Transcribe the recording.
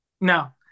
no